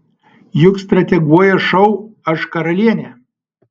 juk strateguoja šou aš karalienė